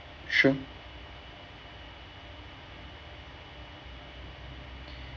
sure